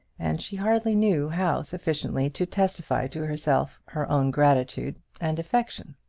and she hardly knew how sufficiently to testify to herself her own gratitude and affection.